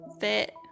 fit